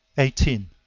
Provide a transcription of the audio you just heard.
eighteen.